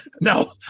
No